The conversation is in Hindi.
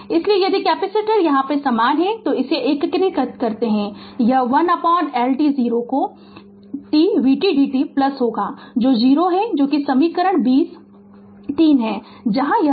इसलिए यदि कैपेसिटर यहाँ समान है तो इसे एकीकृत करते हैं और यह 1L t 0 to t vt dt plus होगा यह 0 जो समीकरण 20 3 है जहाँ यह 0 है